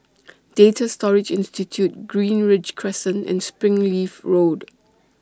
Data Storage Institute Greenridge Crescent and Springleaf Road